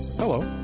Hello